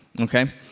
okay